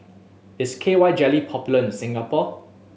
is K Y Jelly popular in Singapore